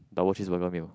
Double Cheeseburger meal